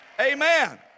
Amen